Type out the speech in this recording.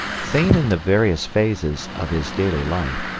seen in the various phases of his daily life,